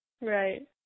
Right